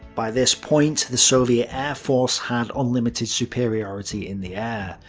by this point, the soviet air force had unlimited superiority in the air.